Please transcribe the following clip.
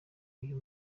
uyu